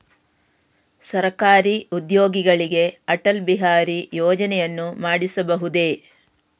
ಸರಕಾರಿ ಉದ್ಯೋಗಿಗಳಿಗೆ ಅಟಲ್ ಬಿಹಾರಿ ಯೋಜನೆಯನ್ನು ಮಾಡಿಸಬಹುದೇ?